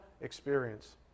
experience